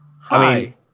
Hi